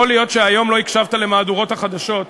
יכול להיות שהיום לא הקשבת למהדורות החדשות,